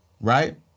right